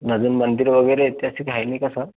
अजून मंदिर वगैरे ऐतिहासिक आहे नाही का सर